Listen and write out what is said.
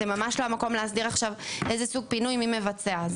זה ממש לא המקום להסדיר עכשיו איזה סוג פינוי מי מבצע.